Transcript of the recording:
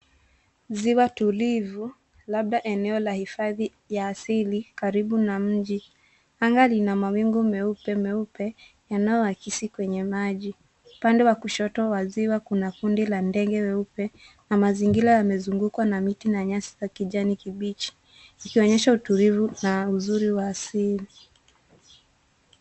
Ziwa tulivu, labda eneo la hifadhi ya asili karibu na mji. Anga lina mawingu meupe meupe yanayo akisi kwenye maji. Upande wa kushoto wa ziwa, kuna kundi la ndege weupe na mazingira yamezungukwa na miti na nyasi za kijani kibichi. Ikionyesha utulivu na uzuri wa asili.